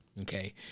Okay